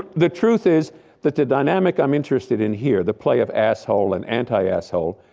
the truth is that the dynamic i'm interested in here, the play of asshole and anti-asshole,